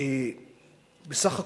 בסך הכול,